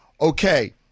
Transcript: Okay